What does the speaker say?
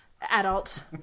adult